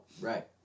Right